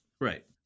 Right